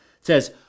says